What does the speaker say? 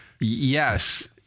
Yes